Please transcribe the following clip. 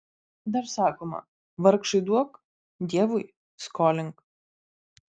dar sakoma vargšui duok dievui skolink